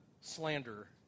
slander